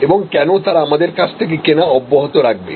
এবং কেন তারা আমাদের কাছ থেকে কেনা অব্যাহত রাখবে